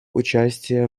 участие